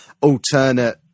alternate